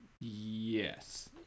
Yes